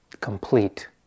complete